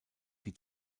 die